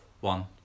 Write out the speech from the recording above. one